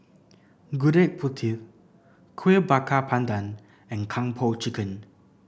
Gudeg Putih Kuih Bakar Pandan and Kung Po Chicken